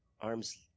arm's